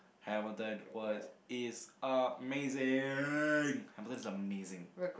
Hamilton was is amazing Hamilton is amazing